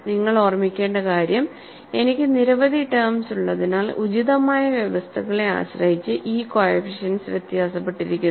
നിങ്ങൾ ഓർമ്മിക്കേണ്ട കാര്യം എനിക്ക് നിരവധി ടെംസ് ഉള്ളതിനാൽ ഉചിതമായ വ്യവസ്ഥകളെ ആശ്രയിച്ച് ഈ കോഎഫിഷ്യന്റ്സ് വ്യത്യാസപ്പെട്ടിരിക്കുന്നു